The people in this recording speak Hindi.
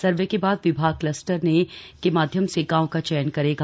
सर्वे के बाद विभाग कलस्टर के माध्यम से गांव का चयन करेगा